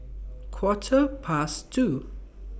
Quarter Past two